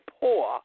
poor